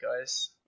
guys